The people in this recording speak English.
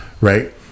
Right